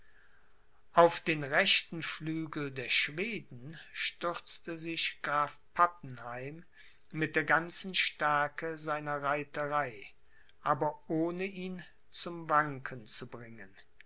auf den rechten flügel der schweden stürzte sich graf pappenheim mit der ganzen stärke seiner reiterei aber ohne ihn zum wanken zu bringen